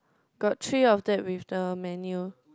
got three of that with the menu